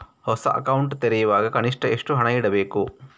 ಹೊಸ ಅಕೌಂಟ್ ತೆರೆಯುವಾಗ ಕನಿಷ್ಠ ಎಷ್ಟು ಹಣ ಇಡಬೇಕು?